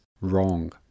wrong